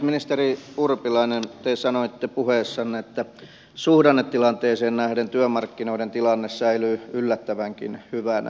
ministeri urpilainen te sanoitte puheessanne että suhdannetilanteeseen nähden työmarkkinoiden tilanne säilyy yllättävänkin hyvänä